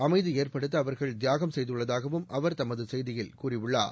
அமைதி ஏற்படுத்த அவர்கள் தியாகம் செய்துள்ளதாகவும் அவர் தமது செய்தியில் கூறியுள்ளார்